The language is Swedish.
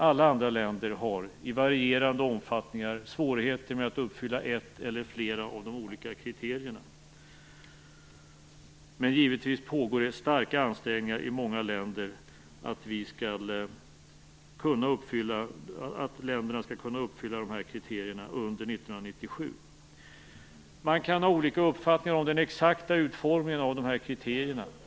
Alla andra länder har i varierande omfattning svårigheter med att uppfylla ett eller flera av de olika kriterierna. Men det pågår givetvis starka ansträngningar i många länder för att de skall kunna uppfylla dessa kriterier under 1997. Man kan ha olika uppfattningar om den exakta utformningen av dessa kriterier.